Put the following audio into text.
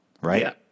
right